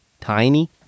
Tiny